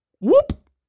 Whoop